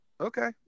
okay